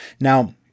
Now